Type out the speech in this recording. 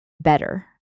better